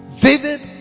David